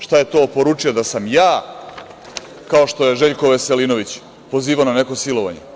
Šta je to poručio, da sam ja, kao što je Željko Veselinović, pozivao na neko silovanje?